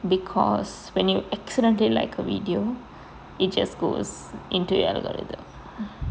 because when you accidentally like a video it just goes into algorithm